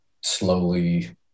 slowly